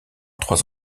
trois